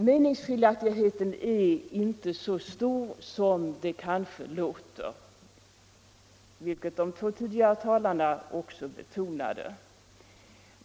Meningsskiljaktigheten är inte så stor som det kanske kan förefalla, vilket de två föregående talarna också betonade.